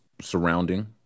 surrounding